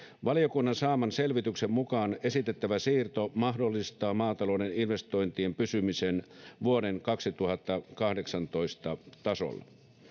valiokunnan saaman selvityksen mukaan esitettävä siirto mahdollistaa maatalouden investointien pysymisen vuoden kaksituhattakahdeksantoista tasolla